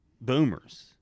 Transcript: boomers